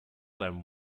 than